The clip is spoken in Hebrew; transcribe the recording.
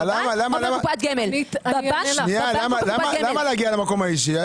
רגע, שנייה, למה להגיע למקום האישי?